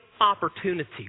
opportunity